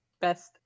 best